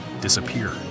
disappear